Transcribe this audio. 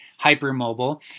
hypermobile